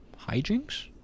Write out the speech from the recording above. hijinks